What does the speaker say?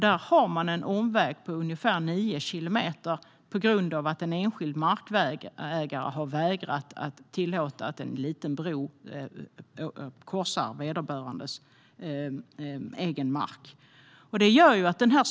Där finns en omväg på ungefär nio kilometer på grund av att en enskild markägare har vägrat tillåta bygget av en liten bro som korsar vederbörandes mark.